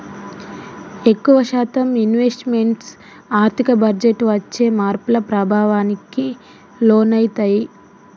ఎక్కువ శాతం investment వార్షిక బడ్జెట్టు వచ్చే మార్పుల ప్రభావానికి లోనయితయ్యి